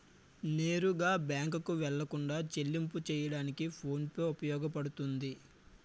నేరుగా బ్యాంకుకు వెళ్లకుండా చెల్లింపు చెయ్యడానికి ఫోన్ పే ఉపయోగపడుతుంది